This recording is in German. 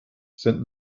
sind